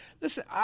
Listen